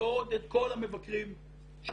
ועוד את כל המבקרים שלי